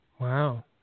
Wow